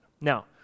Now